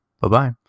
Bye-bye